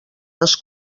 les